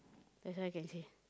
that's all I can say